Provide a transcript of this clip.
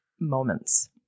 moments